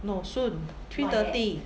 no soon three thirty